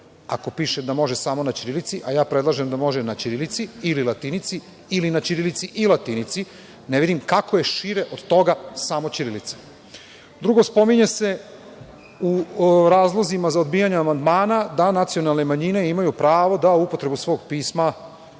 ako piše samo na ćirilici, a ja predlažem da može na ćirilici ili latinici ili na ćirilici i latinici. Ne vidim kako je šire od toga samo ćirilica. Drugo, spominje se u razlozima za odbijanje amandmana da nacionalne manjine imaju pravo na upotrebu svog pisma